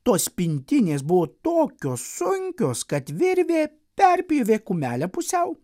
tos pintinės buvo tokios sunkios kad virvė perpjovė kumelę pusiau